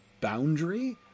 boundary